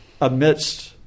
amidst